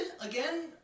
again